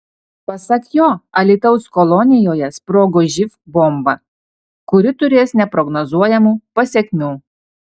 pasak jo alytaus kolonijoje sprogo živ bomba kuri turės neprognozuojamų pasekmių